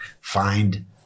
find